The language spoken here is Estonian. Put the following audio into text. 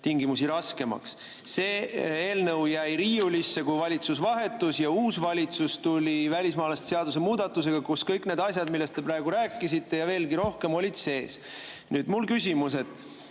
tingimusi raskemaks. See eelnõu jäi riiulisse, kui valitsus vahetus, ja uus valitsus tuli välismaalaste seaduse muudatusega, kus olid sees kõik need asjad, millest te praegu rääkisite, ja veelgi rohkem. Nüüd on mul küsimus: